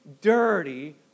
dirty